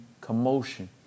commotion